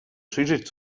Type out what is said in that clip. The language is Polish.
przyjrzeć